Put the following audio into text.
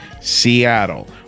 Seattle